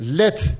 let